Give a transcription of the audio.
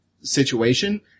situation